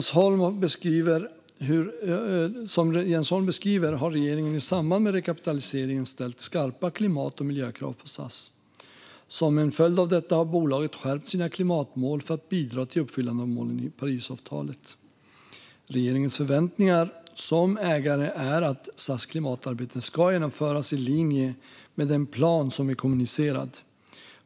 Som Jens Holm beskriver har regeringen i samband med rekapitaliseringen ställt skarpa klimat och miljökrav på SAS. Som en följd av detta har bolaget skärpt sina klimatmål för att bidra till uppfyllande av målen i Parisavtalet. Regeringens förväntningar som ägare är att SAS klimatarbete ska genomföras i linje med den plan som har kommunicerats.